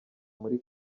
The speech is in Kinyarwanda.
muri